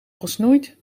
gesnoeid